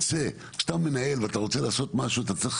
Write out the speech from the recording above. כשאתה מנהל ואתה רוצה לעשות משהו אתה צריך